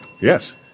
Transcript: yes